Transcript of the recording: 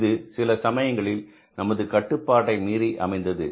இது சில சமயங்களில் நமது கட்டுப்பாட்டை மீறி அமைந்தது